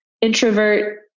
introvert